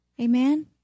Amen